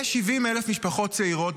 יש 70,000 משפחות צעירות,